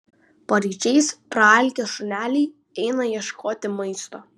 paryčiais praalkę šuneliai eina ieškoti maisto